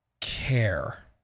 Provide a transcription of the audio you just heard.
care